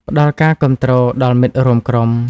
ផ្តល់ការគាំទ្រដល់មិត្តរួមក្រុម។